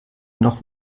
noch